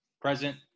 present